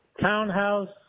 townhouse